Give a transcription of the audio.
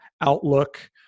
outlook